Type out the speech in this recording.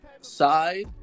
side